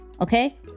Okay